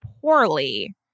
poorly